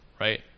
right